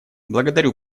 благодарю